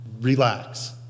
Relax